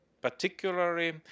particularly